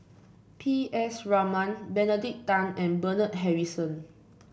P S Raman Benedict Tan and Bernard Harrison